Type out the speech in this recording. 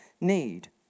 need